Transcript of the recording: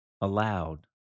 aloud